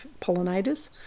pollinators